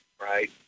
right